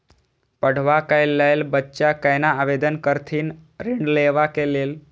पढ़वा कै लैल बच्चा कैना आवेदन करथिन ऋण लेवा के लेल?